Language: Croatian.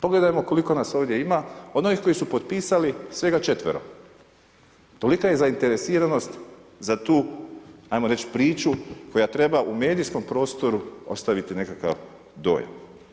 Pogledajmo koliko nas ovdje ima, od onih koji su potpisali, svega četvero, tolika je zainteresiranost za tu ajmo reći priču koja treba u medijskom prostoru ostaviti nekakav dojam.